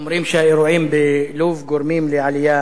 אומרים שהאירועים בלוב גורמים לעלייה